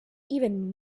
even